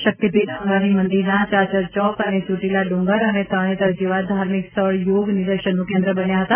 શક્તિપીઠ અંબાજી મંદિરના ચાચર ચોક અને ચોટીલા ડુંગર અને તરણેતર જેવા ધાર્મિક સ્થળ યોગ નિદર્શનનું કેન્દ્ર બન્યા હતા